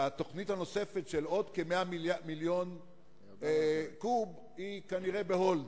והתוכנית הנוספת של עוד כ-100 מיליון קוב היא כנראה ב-hold.